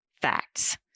facts